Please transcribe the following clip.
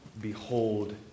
behold